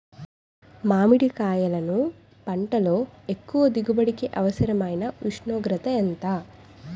మామిడికాయలును పంటలో ఎక్కువ దిగుబడికి అవసరమైన ఉష్ణోగ్రత ఎంత?